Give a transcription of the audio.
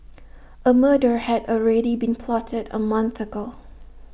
A murder had already been plotted A month ago